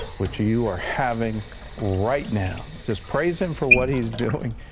which you are having right now. just praise him for what he is doing,